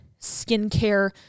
skincare